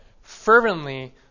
fervently